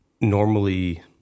normally